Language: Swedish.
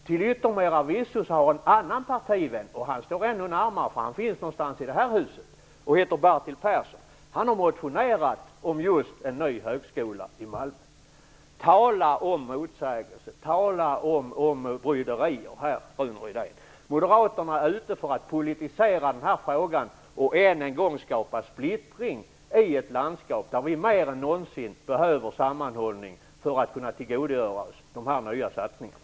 Till yttermera visso har en annan partivän, som står ännu närmare för han finns någonstans i det här huset, Bertil Persson, motionerat om en ny högskola i Malmö. Tala om motsägelser, tala om bryderier! Moderaterna är ute efter att politisera den här frågan och än en gång skapa splittring i ett landskap där vi mer än någonsin behöver sammanhållning för att kunna tillgodogöra oss de nya satsningarna.